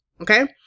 Okay